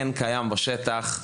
כן קיימת בעיה בשטח,